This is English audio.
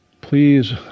Please